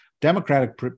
Democratic